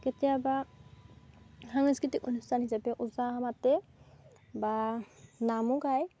কেতিয়াবা সাংস্কৃতিক অনুষ্ঠান হিচাপে ওজা মাতে বা নামো গায়